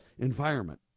environment